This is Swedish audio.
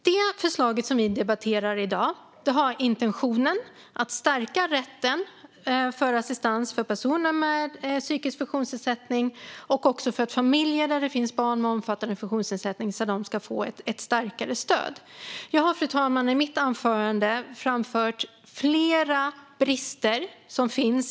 I förslaget som vi debatterar i dag finns intentionen att stärka rätten till assistans för personer med psykisk funktionsnedsättning och för familjer med barn med omfattande funktionsnedsättning, så att de ska få ett starkare stöd. I mitt anförande har jag framfört flera brister i de förslagen.